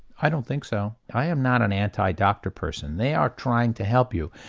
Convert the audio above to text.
i don't think so, i am not an anti-doctor person, they are trying to help you,